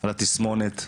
על התסמונת הזאת,